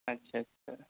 اچھا اچھا